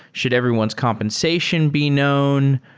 should everyone's compensation be known?